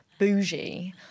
Bougie